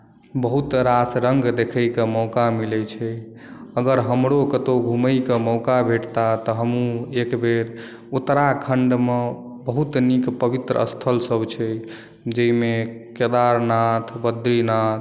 बहुत रास रङ्ग देखैके मौका मिलै छै अगर हमरो कतहुँ घुमैके मौका भेटत तऽ हमहुँ एक बेर उत्तराखण्डमे बहुत नीक पवित्र स्थल सभ छै जाहिमे केदारनाथ बद्रीनाथ